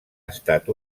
estat